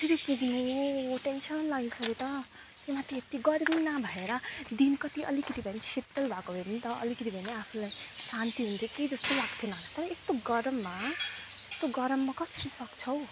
कसरी पुग्नु हौ टेनसन लागिसक्यो त त्यही माथि गर्मी नभएर दिन कति अलिकति भए नि शीतल भएको भए नि त अलिकति भए नि आफूलाई शान्ति हुन्थ्यो केही जस्तो लाग्थेन तर यस्तो गरममा यस्तो गरममा कसले सक्छ हौ